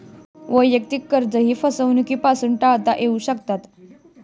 वैयक्तिक कर्जेही फसवणुकीपासून टाळता येऊ शकतात